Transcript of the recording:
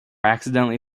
accidentally